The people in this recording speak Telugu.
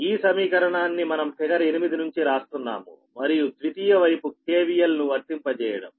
ఈ సమీకరణాన్ని మనం ఫిగర్ 8 నుంచి రాస్తున్నాము మరియు ద్వితీయ వైపు కె వి ఎల్ ను వర్తింపజేయడం